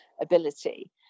ability